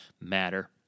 matter